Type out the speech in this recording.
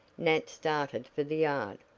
nat started for the yard.